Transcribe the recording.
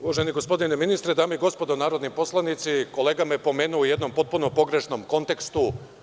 Uvaženi gospodine ministre, dame i gospodo narodni poslanici, kolega me pomenu o jednom potpuno pogrešnom kontekstu.